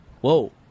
whoa